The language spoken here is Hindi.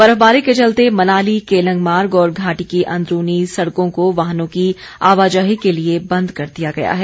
बर्फबारी के चलते मनाली केलंग मार्ग और घाटी की अंदरूनी सड़कों को वाहनों की आवाजाही के लिए बंद कर दिया गया है